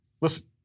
Listen